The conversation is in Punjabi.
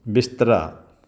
ਬਿਸਤਰਾ